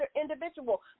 individual